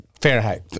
Fahrenheit